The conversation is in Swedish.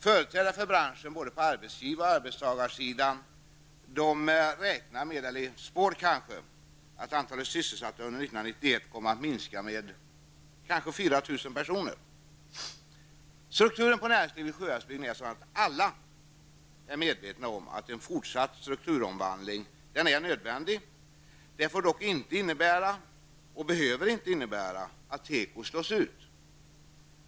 Företrädare för branschen, både på arbetsgivar och arbetstagarsidan, räknar med -- eller kanske spår -- att antalet sysselsatta under 1991 kommer att minska med ca 4 000 personer. Strukturen på näringslivet i Sjuhäradsbygden är sådan att alla är medvetna om att en fortsatt strukturomvandling är nödvändig. Det får dock inte innebära, och behöver inte innebära, att teko slås ut.